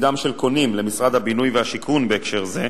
מצדם של קונים למשרד הבינוי והשיכון בהקשר זה,